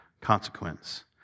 consequence